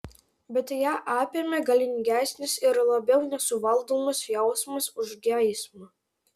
bet ją apėmė galingesnis ir labiau nesuvaldomas jausmas už geismą